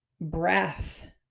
breath